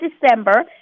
december